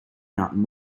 mountain